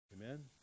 Amen